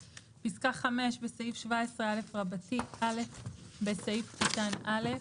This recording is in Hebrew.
"(5)בסעיף 17א (א)בסעיף קטן (א)